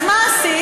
אז מה עשית?